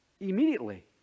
immediately